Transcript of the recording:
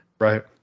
Right